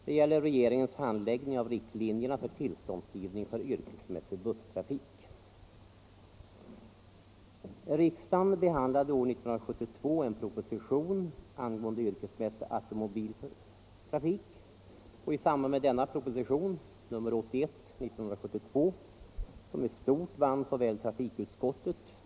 Det gäller regeringens handläggning av riktlinjerna för tillståndsgivning för yrkesmässig busstrafik.